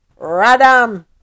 Radam